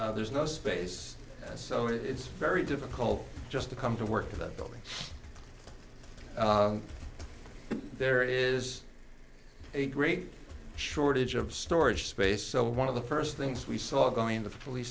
trudges there's no space so it's very difficult just to come to work that building there is a great shortage of storage space so one of the first things we saw going in the police